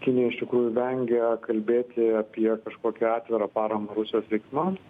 kinija iš tikrųjų vengia kalbėti apie kažkokią atvirą paramą rusijos veiksmams